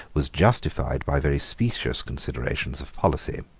was justified by very specious considerations of policy.